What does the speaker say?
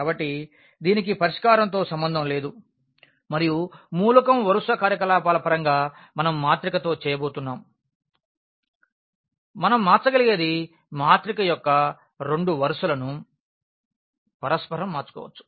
కాబట్టి దీనికి పరిష్కారంతో సంబంధం లేదు మరియు మూలకం వరుస కార్యకలాపాల పరంగా మనం మాత్రిక తో చేయబోతున్నాం మనం మార్చగలిగేది మాత్రిక యొక్క రెండు వరుసలను పరస్పరం మార్చుకోవచ్చు